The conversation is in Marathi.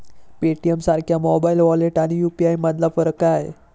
पेटीएमसारख्या मोबाइल वॉलेट आणि यु.पी.आय यामधला फरक काय आहे?